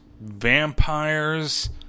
Vampires